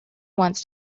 once